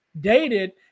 dated